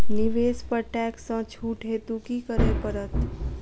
निवेश पर टैक्स सँ छुट हेतु की करै पड़त?